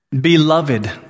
Beloved